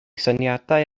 syniadau